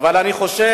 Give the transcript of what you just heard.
אבל אני חושב